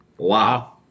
Wow